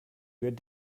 good